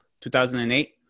2008